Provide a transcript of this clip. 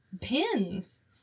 pins